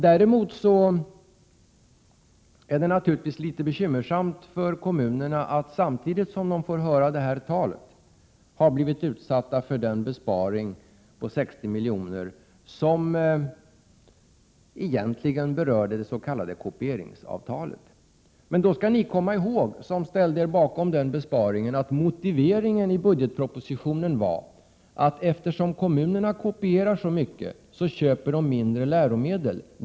Däremot är det naturligtvis litet bekymmersamt för kommunerna att de, samtidigt som de får höra det här talet, har blivit utsatta för en besparing på 60 milj.kr. som egentligen berör det s.k. kopieringsavtalet. Men ni som stod bakom beslutet om denna besparing skall komma ihåg att den motivering som angavs i budgetpropositionen var följande: Eftersom kommunerna kopierar så mycket köper de mindre läromedel.